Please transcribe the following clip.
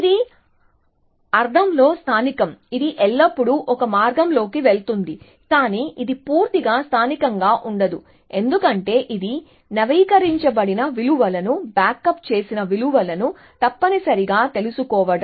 ఇది అర్థంలో స్థానికం ఇది ఎల్లప్పుడూ ఒక మార్గంలోకి వెళుతుంది కానీ ఇది పూర్తిగా స్థానికంగా ఉండదు ఎందుకంటే ఇది నవీకరించబడిన విలువలను బ్యాకప్ చేసిన విలువలను తప్పనిసరిగా తెలుసుకోవడం